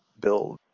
build